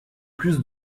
plus